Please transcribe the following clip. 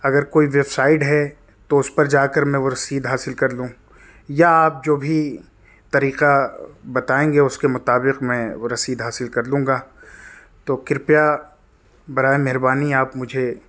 اگر کوئی website ہے تو اس پر جا کر میں وہ رسید حاصل کر لوں یا آپ جو بھی طریقہ بتائیں گے اس کے مطابق میں وہ رسید حاصل کر لوں گا تو کرپیا برائے مہربانی آپ مجھے